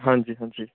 ਹਾਂਜੀ ਹਾਂਜੀ